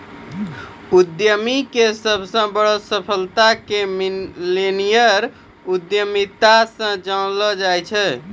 उद्यमीके सबसे बड़ो सफलता के मिल्लेनियल उद्यमिता से जानलो जाय छै